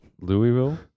Louisville